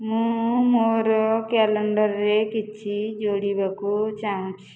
ମୁଁ ମୋର କ୍ୟାଲେଣ୍ଡରରେ କିଛି ଯୋଡ଼ିବାକୁ ଚାହୁଁଛି